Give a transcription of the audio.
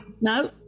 No